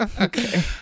Okay